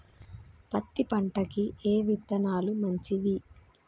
పత్తి పంటకి ఏ విత్తనాలు మంచివి?